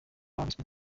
perezida